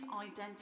identity